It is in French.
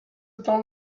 temps